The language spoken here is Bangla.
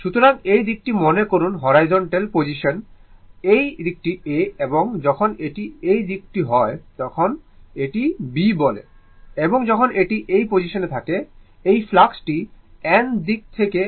সুতরাং এই দিকটি মনে করুন হরাইজন্টাল পজিশন এই দিকটি A এবং যখন এটি এই দিকটি হয় তখন এটি B বলে এবং যখন এটি এই পজিশনে থাকে এই ফ্লাক্সটি N দিক থেকে আসছে এবং এটি S দিক থেকে